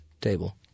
table